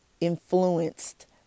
influenced